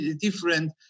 Different